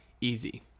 easy